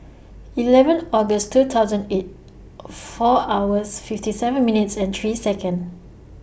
eleven August two thousand eight four hours fifty seven minutes and three Second